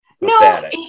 no